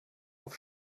auf